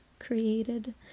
created